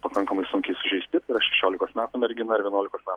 pakankamai sunkiai sužeisti tai yra šešiolikos metų mergina ir vienuolikos me